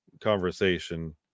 conversation